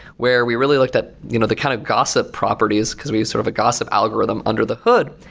where we really looked at you know the kind of gossip properties, because we used sort of a gossip algorithm under the hood.